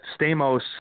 Stamos